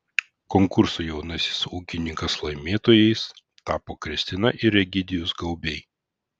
konkurso jaunasis ūkininkas laimėtojais tapo kristina ir egidijus gaubiai